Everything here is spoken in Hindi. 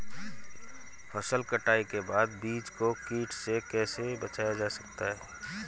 फसल कटाई के बाद बीज को कीट से कैसे बचाया जाता है?